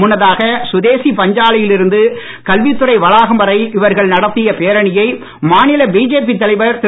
முன்னதாக சுதேசி பஞ்சாலையில் இருந்து கல்வித்துறை வளாகம் வரை இவர்கள் நடத்திய பேரணியை மாநில பிஜேபி தலைவர் திரு